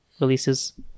releases